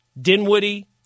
Dinwiddie